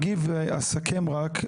אני אסכם רק,